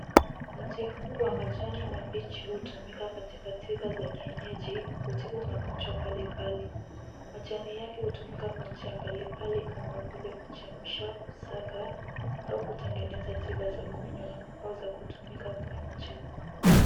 Mti huo wa majani mabichi hutumika katika tiba za kienyeji kutibu magonjwa mbalimbali. Majani yake hutumika kwa njia mbalimbali kama vile: kuchemsha, kusaga au kutengeneza tiba za kunywa au za kutumika kwa nje.